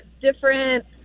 different